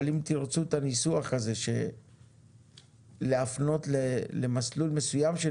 אבל אם תרצו את הניסוח הזה להפנות למסלול מסוים של